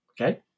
Okay